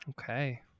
Okay